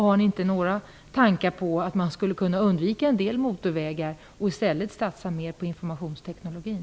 Har ni inte några tankar på att man skulle kunna undvika en del motorvägar och i stället satsa direkt på informationsteknologin?